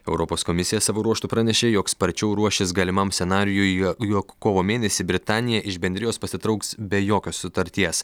europos komisija savo ruožtu pranešė jog sparčiau ruošis galimam scenarijui jog kovo mėnesį britanija iš bendrijos pasitrauks be jokios sutarties